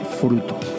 fruto